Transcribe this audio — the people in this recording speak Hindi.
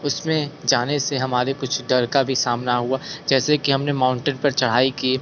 उसमें जाने से हमारे कुछ डर का भी सामना हुआ जैसे कि हमने माउंटेन पर चढ़ाई की